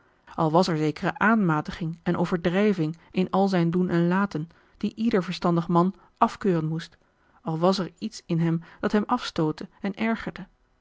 al was er zekere aanmatiging en overdrijving in al zijn doen en laten die ieder verstandig man afkeuren moest al was er iets in dat hem afstootte en ergerde